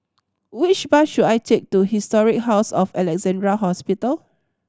which bus should I take to Historic House of Alexandra Hospital